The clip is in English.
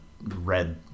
red